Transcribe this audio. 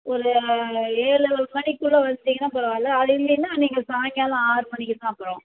ஒரு ஏழு மணிக்குள்ளே வந்தீங்கனால் பரவாயில்லை அப்படி இல்லைன்னா நீங்கள் சாயங்காலம் ஆறு மணிக்கு தான் அப்புறம்